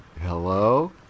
hello